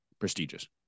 prestigious